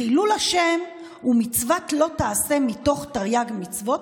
חילול השם הוא מצוות לא תעשה מתוך תרי"ג מצוות,